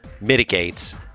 mitigates